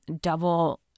double